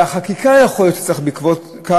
והחקיקה שיכול להיות שצריך בעקבות זה,